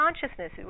consciousness